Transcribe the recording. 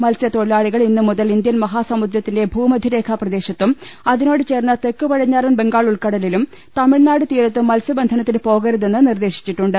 മത്സ്യ ത്തൊഴിലാളികൾ ഇന്നുമുതൽ ഇന്ത്യൻ മഹാസമുദ്രത്തിന്റെ ഭൂമ ധ്യരേഖാ പ്രദ്ദേശത്തും അതിനോട് ചേർന്ന തെക്ക് പടിഞ്ഞാറൻ ബംഗാൾ ഉൾക്ക്ടലിലും തമിഴ്നാട് തീരത്തും മത്സ്യബന്ധനത്തിന് പോകരുതെന്ന് നിർദേശിച്ചിട്ടുണ്ട്